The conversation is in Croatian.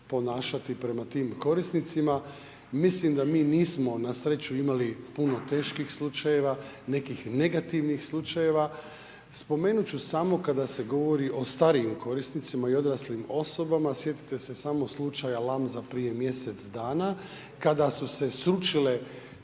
ponašati prema tim korisnicima. Mislim da mi nismo na sreću imali puno teških slučajeva, nekih negativnih slučajeva. Spomenuti ću samo kada se govori o starijim korisnicima i odraslim osobama, sjetite se samo slučaja Lamza prije mjesec dana kada su se srušile